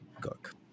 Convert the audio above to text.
cook